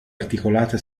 articolata